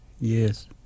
yes